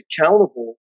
accountable